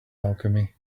alchemy